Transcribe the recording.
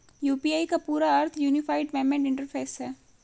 UPI का पूरा अर्थ यूनिफाइड पेमेंट इंटरफ़ेस है